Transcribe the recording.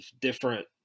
different